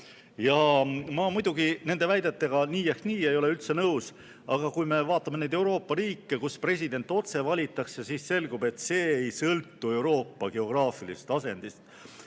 Ma muidugi nende väidetega nii ehk naa ei ole üldse nõus. Aga kui me vaatame neid Euroopa riike, kus president otse valitakse, siis selgub, et see ei sõltu geograafilisest asendist.